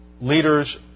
leaders